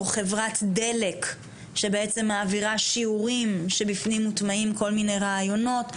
או חברת דלק שבעצם מעבירה שיעורים שבפנים מוטמעים כל מיני רעיונות?